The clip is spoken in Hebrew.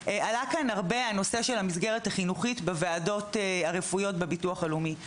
נושא המסגרת החינוכית בוועדות הרפואיות בביטוח הרפואי עלה כאן רבות.